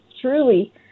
truly